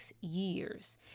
years